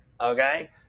Okay